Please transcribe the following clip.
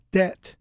debt